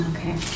Okay